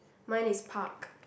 mine is park